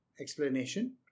explanation